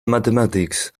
mathematics